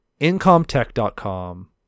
IncomTech.com